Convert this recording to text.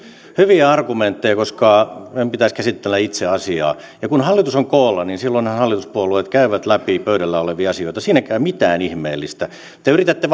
hyviä argumentteja koska meidän pitäisi käsitellä itse asiaa kun hallitus on koolla niin silloinhan hallituspuolueet käyvät läpi pöydällä olevia asioita siinäkään ei ole mitään ihmeellistä te yritätte